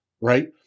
right